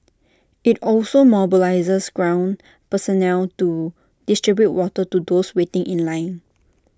IT also mobilised ground personnel to distribute water to those waiting in line